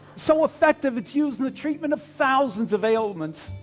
so effective it's used in the treatment of thousands of ailments,